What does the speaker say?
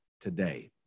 today